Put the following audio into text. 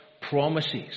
promises